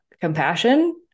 compassion